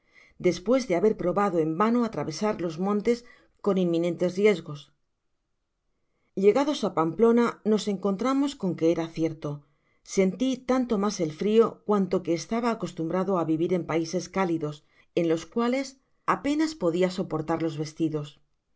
despues de haber probado en vano atravesar los montes con inminentes riesgos llegados á pamplona nos encontramos con que era cierto senti tanto mas el frio cuanto que estaba acostumbrado á vivir en paises cálidos en los cuales apenas podia soportar los vestidos